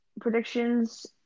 predictions